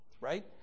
right